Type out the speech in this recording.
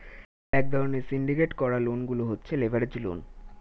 এক ধরণের সিন্ডিকেট করা লোন গুলো হচ্ছে লেভারেজ লোন